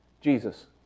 Jesus